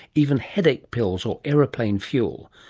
even headache pills or aeroplane fuel,